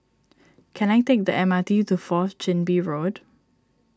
can I take the M RbT to Fourth Chin Bee Road